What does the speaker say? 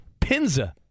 Pinza